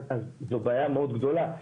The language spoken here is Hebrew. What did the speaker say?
אז זו בעיה מאוד גדולה.